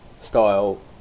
style